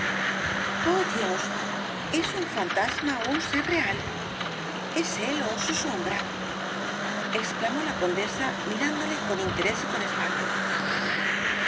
oh dios es un fantasma ó un ser real es él ó su sombra exclamó la condesa mirándole con interés y con espanto